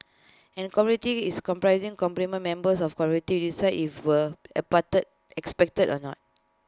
and A community is comprising prominent members of community decide if were accepted or not